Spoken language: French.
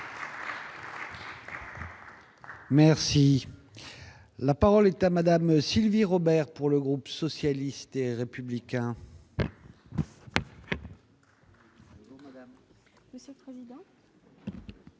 Merci, la parole est à Madame Sylvie Robert pour le groupe socialiste et républicain. Monsieur le Président,